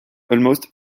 almost